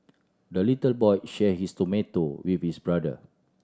the little boy shared his tomato with his brother